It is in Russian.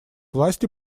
власти